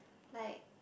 like